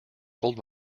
gold